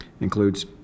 includes